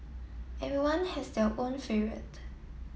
everyone has their own favourite